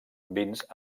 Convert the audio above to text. vins